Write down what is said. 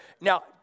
Now